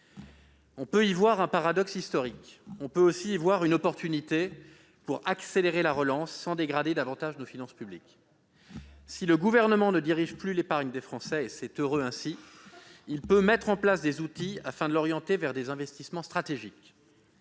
On peut y voir un paradoxe historique. On peut aussi y voir une opportunité pour accélérer la relance sans dégrader davantage nos finances publiques. Si le Gouvernement ne dirige plus l'épargne des Français, et c'est heureux ainsi, il peut mettre en place des outils afin de l'orienter vers des investissements stratégiques.